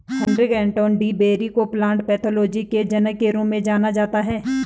Heinrich Anton de Bary को plant pathology के जनक के रूप में जाना जाता है